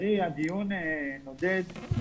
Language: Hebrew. ולצערי הדיון נודד.